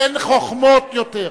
אין חוכמות יותר.